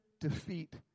defeat